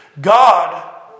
God